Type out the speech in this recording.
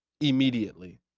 immediately